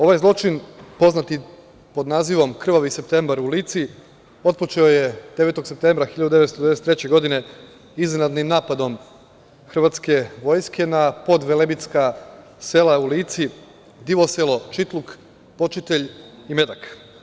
Ovaj zločin poznat i pod nazivom "krvavi septembar u Lici" otpočeo je 9. septembra 1993. godine iznenadnim napadom Hrvatske vojske na podvelebitska sela u Lici, Divoselo, Čitluk, Počitelj i Medak.